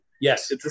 Yes